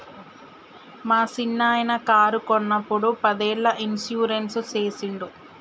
మా సిన్ననాయిన కారు కొన్నప్పుడు పదేళ్ళ ఇన్సూరెన్స్ సేసిండు